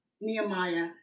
Nehemiah